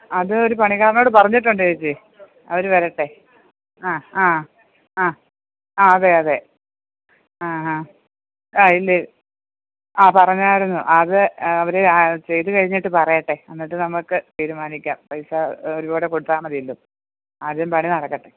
അത് ഒരു പണിക്കാരനോട് പറഞ്ഞിട്ടുണ്ട് ചേച്ചി അവര് വരട്ടെ അ ആ അ അതെ അതെ ആ ഹാ ആ ഇല്ല ആ പറഞ്ഞായിരുന്നു അത് അവര് ചെയ്ത് കഴിഞ്ഞിട്ട് പറയട്ടെ എന്നിട്ട് നമുക്ക് തീരുമാനിക്കാം പൈസ ഒര് പാടെ കൊടുത്താൽ മതിയല്ലോ ആദ്യം പണി നടക്കട്ടെ